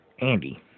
Andy